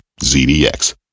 ZDX